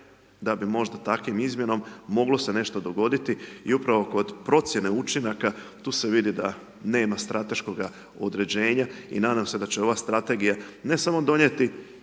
da bi možda takvom izmjenom moglo se nešto dogoditi i upravo kod procjene učinaka tu se vidi da nema strateškoga određenja i nadam se da će ova strategija ne samo donijeti